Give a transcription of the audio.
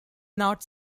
not